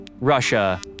Russia